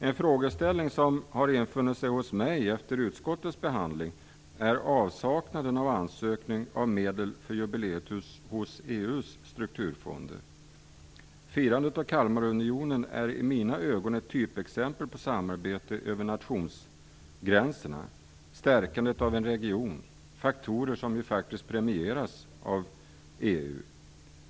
En frågeställning som har infunnit sig hos mig efter utskottets behandling är avsaknaden av ansökan om medel för jubileet från EU:s strukturfonder. Firandet av Kalmarunionen är i mina ögon ett typexempel på samarbete över nationsgränserna och stärkandet av en regionen. Detta är faktorer som faktiskt premieras av EU.